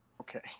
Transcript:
Okay